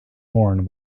horn